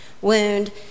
wound